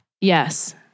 Yes